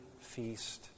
feast